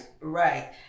right